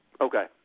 Okay